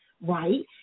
right